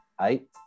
eight